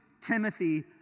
Timothy